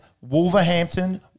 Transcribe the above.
Wolverhampton